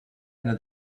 into